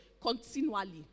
continually